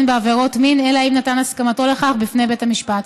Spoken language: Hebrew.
בעבירות מין אלא אם כן נתן הסכמתו לכך בפני בית המשפט.